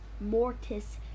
mortis